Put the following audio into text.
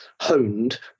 honed